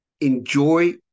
enjoy